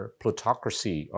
plutocracy